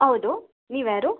ಹೌದು ನೀವು ಯಾರು